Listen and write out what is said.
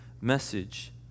message